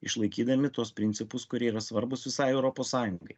išlaikydami tuos principus kurie yra svarbūs visai europos sąjungai